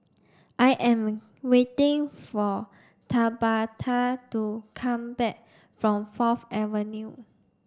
I am waiting for Tabatha to come back from Fourth Avenue